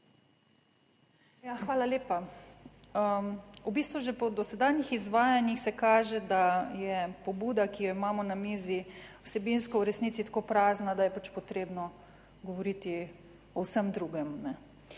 hvala lepa. V bistvu že po dosedanjih izvajanjih se kaže, da je pobuda, ki jo imamo na mizi, vsebinsko v resnici tako prazna, da je pač potrebno govoriti o vsem drugem.